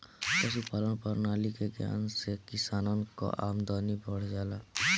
पशुपालान प्रणाली के ज्ञान से किसानन कअ आमदनी बढ़ जाला